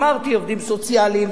אמרתי עובדים סוציאליים,